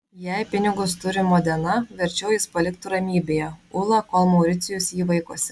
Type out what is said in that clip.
jei pinigus turi modena verčiau jis paliktų ramybėje ulą kol mauricijus jį vaikosi